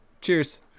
Cheers